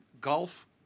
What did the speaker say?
Gulf